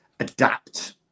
adapt